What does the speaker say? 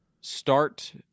start